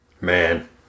Man